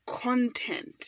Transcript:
content